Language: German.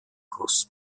ross